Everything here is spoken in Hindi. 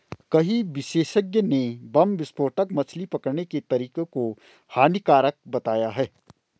कई विशेषज्ञ ने बम विस्फोटक मछली पकड़ने के तरीके को हानिकारक बताया है